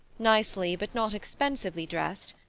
nicely but not expensively dressed,